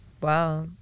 wow